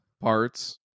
parts